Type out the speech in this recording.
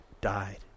died